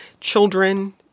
children